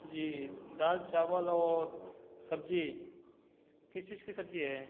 जी दाल चावल और सब्जी किस चीज की सब्जी है